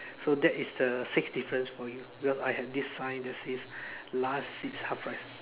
so that is the sixth difference for you because I have this sign that says last seats half price